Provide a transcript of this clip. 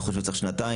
אני חושב שצריך שנתיים.